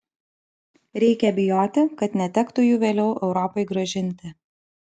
reikia bijoti kad netektų jų vėliau europai grąžinti